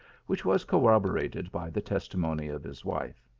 which was corrob orated by the testimony of his wife.